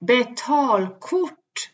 Betalkort